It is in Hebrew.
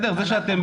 את פה